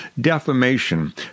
defamation